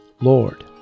Lord